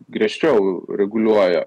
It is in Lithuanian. griežčiau reguliuoja